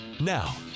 Now